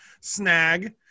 snag